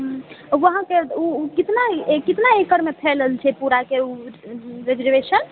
हूँ वहाँके कितना कितना एकड़मे फैलल छै पुराके ओ रिजर्वेशन